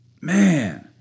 Man